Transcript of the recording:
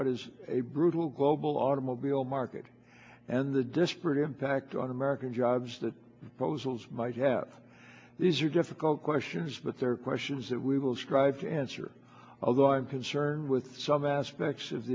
what is a brutal global automobile market and the disparate impact on american jobs that poses might have these are difficult questions but there are questions that we will strive to answer although i'm concerned with some aspects of